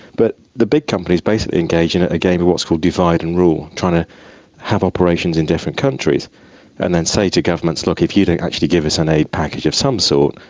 but the big companies basically engage in a game of what's called divide and rule, trying to have operations in different countries and then say to governments, look, if you don't actually give us an aid package of some sort,